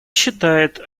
считает